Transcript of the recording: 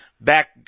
Back